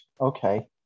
Okay